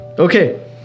Okay